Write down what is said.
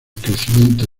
crecimiento